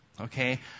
Okay